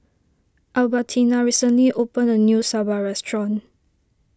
Albertina recently opened a new Sambar restaurant